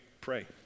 pray